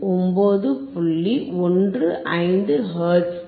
15 hertz ஆகும்